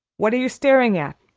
what are you staring at?